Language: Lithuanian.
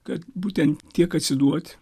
kad būtent tiek atsiduoti